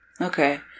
Okay